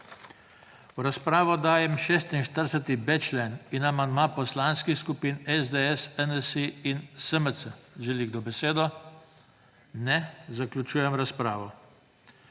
V razpravo dajem 46.b člen ter amandma Poslanskih skupin SDS, NSi in SMC. Želi kdo besedo? (Ne želi.) Zaključujem razpravo.